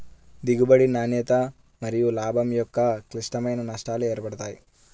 దిగుబడి, నాణ్యత మరియులాభం యొక్క క్లిష్టమైన నష్టాలు ఏర్పడతాయి